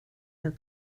her